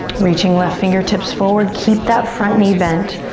reaching left fingertips forward. keep that front knee bent.